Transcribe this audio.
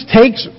takes